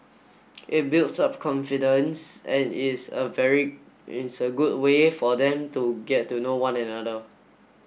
it builds up confidence and is a very is a good way for them to get to know one another